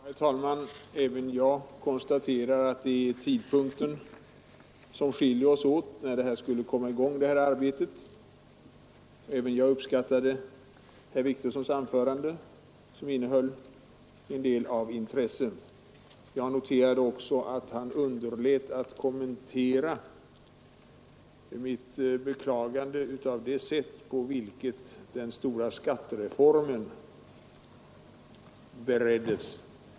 Herr talman! Även jag konstaterar att det är i fråga om tidpunkten för översynen som nu skiljer oss åt. Även jag uppskattade herr Wictorssons anförande, som innehöll en del av intresse. Jag noterade också att han underlät att kommentera mitt beklagande av det sätt på vilket den stora skattereformen bereddes.